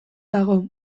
dago